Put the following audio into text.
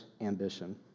ambition